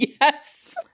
Yes